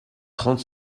trente